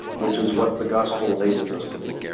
which is what the gospel enables us to do